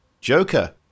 Joker